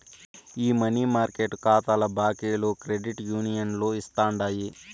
ఈ money market కాతాల బాకీలు క్రెడిట్ యూనియన్లు ఇస్తుండాయి